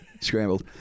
Scrambled